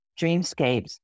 dreamscapes